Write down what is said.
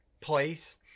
place